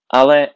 ale